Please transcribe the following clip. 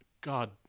God